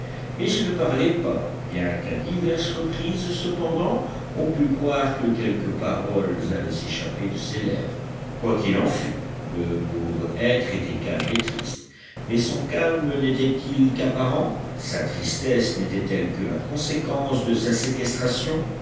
mais il ne parlait pas bien qu'à diverses reprises cependant on pût croire que quelques paroles allaient s'échapper de ses lèvres quoi qu'il en fût le pauvre être était calme et triste mais son calme n'était-il qu'apparent sa tristesse n'était-elle que la conséquence de sa séquestration